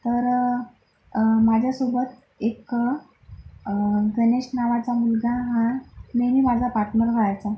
तर माझ्या सोबत एक गनेश नावाचा मुलगा हा नेहमी माझा पार्टनर व्हायचा